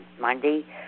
Monday